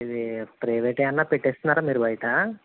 ఇది ప్రైవేట్ ఏమన్నా పెట్టిస్తన్నారా మీరు బయట